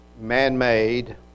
man-made